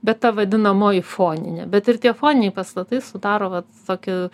bet ta vadinamoji foninė bet ir tie foniniai pastatai sudaro vat tokį